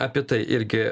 apie tai irgi